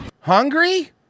hungry